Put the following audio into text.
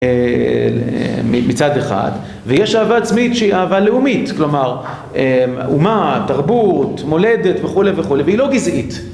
מצד אחד, ויש אהבה עצמית שהיא אהבה לאומית, כלומר אומה תרבות מולדת וכו' וכו' והיא לא גזעית